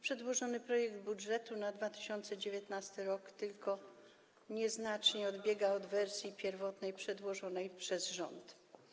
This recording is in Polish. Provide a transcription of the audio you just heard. Przedłożony projekt budżetu na 2019 r. tylko nieznacznie odbiega od wersji pierwotnej przedłożonej przez rząd.